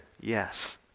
yes